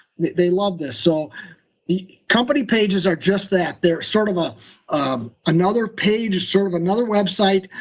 they love this. so company pages are just that, there's sort of ah um another page, sort of another website,